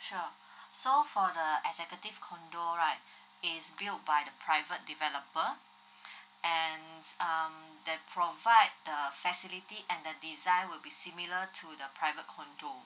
sure so for the executive condo right it's build by the private developer and um they provide err facilities and the design will be similar to the private condo